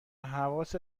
حواست